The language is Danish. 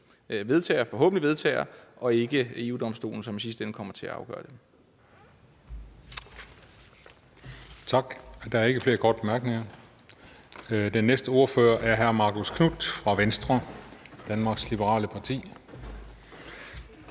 flertallet forhåbentlig vedtager, så det ikke er EU-Domstolen, der i sidste ende kommer til at afgøre det.